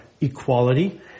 equality